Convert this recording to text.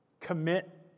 commit